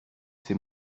c’est